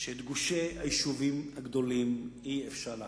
שאת גושי היישובים הגדולים אי-אפשר לעקור,